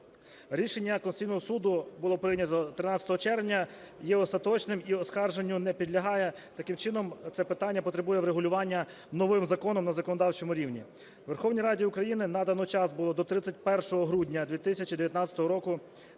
Рішення Конституційного Суду було прийнято 13 червня, є остаточним і оскарженню не підлягає. Таким чином, це питання потребує врегулювання новим законом на законодавчому рівні. Верховній Раді України надано час було до 31 грудня 2019 року